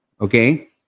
okay